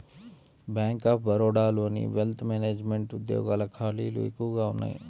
bank of బరోడాలోని wealth management ఉద్యోగాల ఖాళీలు ఎక్కువగా ఉన్నయ్యి